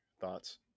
thoughts